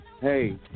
Hey